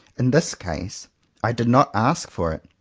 in this case i did not ask for it,